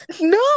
No